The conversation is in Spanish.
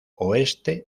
oeste